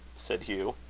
said hugh.